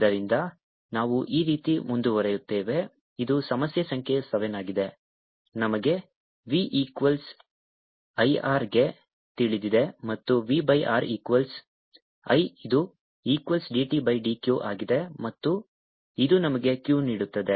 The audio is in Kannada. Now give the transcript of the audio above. ಆದ್ದರಿಂದ ನಾವು ಈ ರೀತಿ ಮುಂದುವರಿಯುತ್ತೇವೆ ಇದು ಸಮಸ್ಯೆ ಸಂಖ್ಯೆ 7 ಆಗಿದೆ ನಮಗೆ V ಈಕ್ವಲ್ಸ್ I R ಗೆ ತಿಳಿದಿದೆ ಮತ್ತು V by R equals I ಅದು ಈಕ್ವಲ್ಸ್ dt ಬೈ dQ ಆಗಿದೆ ಮತ್ತು ಇದು ನಮಗೆ Q ನೀಡುತ್ತದೆ